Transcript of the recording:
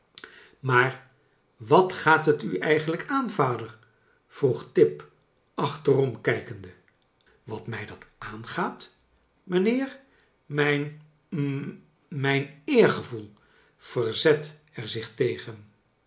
maar wat gaat het u eigenlijk aan vader vroeg tip achterom kijkende wat mij dat aangaat mijnheer mijn hm mijn eergevoel verzet er zich tegen